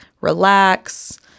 relax